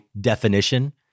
definition